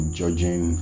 judging